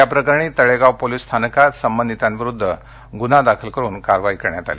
याप्रकरणी तळेगाव पोलीस स्टेशनला संबंधितांविरुद्ध गुन्हा दाखल करून कारवाई करण्यात आली